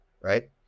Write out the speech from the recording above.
right